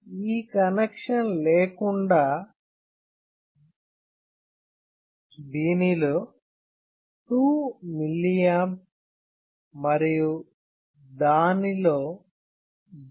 ఈ కనెక్షన్ లేకుండా దీనిలో 2 mA మరియు దానిలో 0